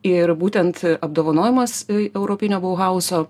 ir būtent apdovanojimas europinio bauhauzo